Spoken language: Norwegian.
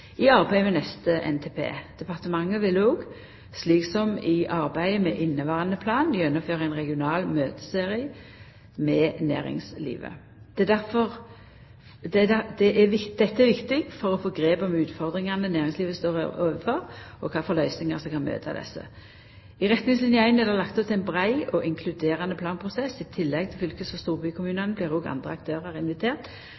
i arbeidet med neste NTP. Departementet vil òg, slik som i arbeidet med inneverande plan, gjennomføra ein regional møteserie med næringslivet. Dette er viktig for å få grep om utfordringane næringslivet står overfor, og kva for løysingar som kan møta desse. I retningsline 1 er det lagt opp til ein brei og inkluderande planprosess. I tillegg til fylkes- og